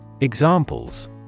Examples